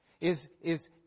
Is—is